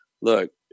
look